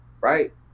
right